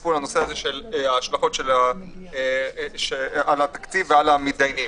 שייחשפו להשלכות על התקציב ועל המידיינים.